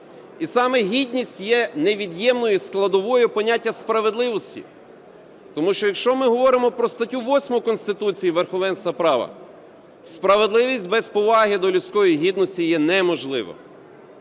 І саме гідність є невід'ємною складовою поняття справедливості. Тому що, якщо ми говоримо про статтю 8 Конституції, верховенство права, справедливість без поваги до людської гідності є неможлива.